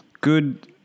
Good